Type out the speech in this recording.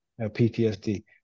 PTSD